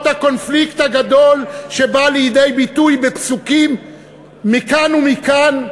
הקונפליקט הגדול שבא לידי ביטוי בפסוקים מכאן ומכאן,